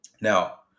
Now